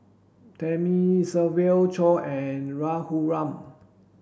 Thamizhavel Choor and Raghuram